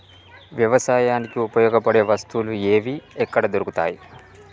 వ్యవసాయానికి ఉపయోగపడే వస్తువులు ఏవి ఎక్కడ దొరుకుతాయి?